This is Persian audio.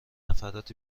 نفرات